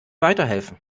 weiterhelfen